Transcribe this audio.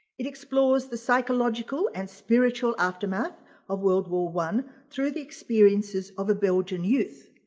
it explores the psychological and spiritual aftermath of world war one through the experiences of a belgian youth,